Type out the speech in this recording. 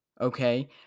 Okay